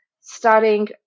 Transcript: starting